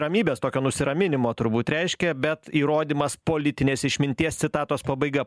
ramybės tokio nusiraminimo turbūt reiškia bet įrodymas politinės išminties citatos pabaiga